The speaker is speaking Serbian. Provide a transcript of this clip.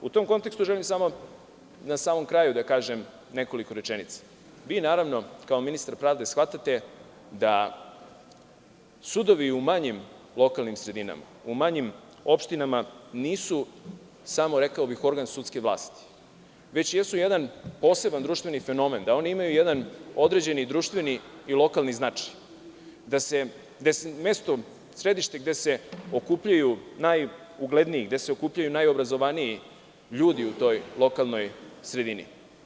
U tom kontekstu, želim na samom kraju da kažem nekoliko rečenica, vi naravno, kao ministar pravde, shvatate da sudovi u manjim lokalnim sredinama, u manjim opštinama nisu samo, rekao bih, organ sudske vlasti, već jesu jedan poseban društveni fenomen, da oni imaju jedan određeni društveni i lokalni značaj, da su oni sedište gde se okupljaju najugledniji, najobrazovaniji ljudi u toj lokalnoj sredini.